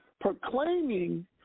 proclaiming